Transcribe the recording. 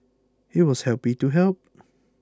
he was happy to help